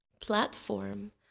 platform